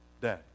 day